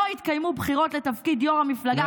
לא יתקיימו בחירות לתפקיד יו"ר המפלגה".